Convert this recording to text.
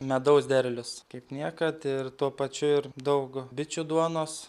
medaus derlius kaip niekad ir tuo pačiu ir daug bičių duonos